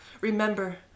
Remember